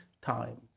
times